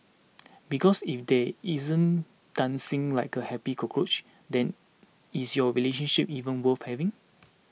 because if they isn't dancing like a happy cockroach then is your relationship even worth having